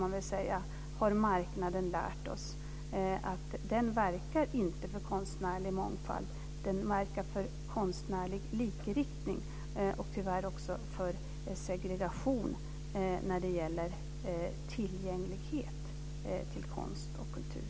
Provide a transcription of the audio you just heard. Marknaden har lärt oss att den inte verkar för konstnärlig mångfald, utan för konstnärlig likriktning och tyvärr också för segregation när det gäller tillgänglighet till konst och kultur.